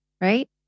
right